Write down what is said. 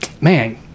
man